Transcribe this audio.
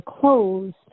closed